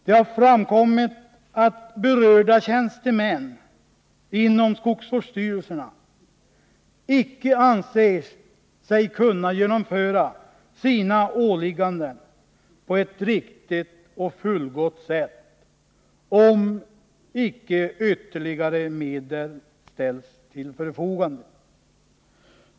Det har framkommit att berörda tjänstemän inom skogsvårdsstyrelserna icke anser sig kunna genomföra sina åligganden på ett riktigt och fullgott sätt om icke ytterligare medel ställs till förfogande.